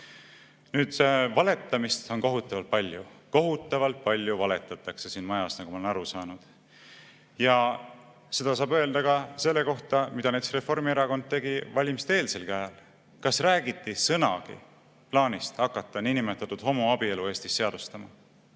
Valetamist on kohutavalt palju. Kohutavalt palju valetatakse siin majas, nagu ma olen aru saanud. Ja seda saab öelda ka selle kohta, mida näiteks Reformierakond tegi valimiste-eelsel ajal. Kas räägiti sõnagi plaanist hakata niinimetatud homoabielu Eestis seadustama?